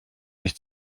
nicht